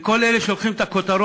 מכל אלה שלוקחים את הכותרות,